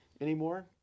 anymore